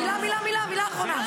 מילה, מילה, מילה אחרונה.